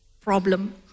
problem